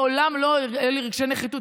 מעולם לא היו לי רגשי נחיתות.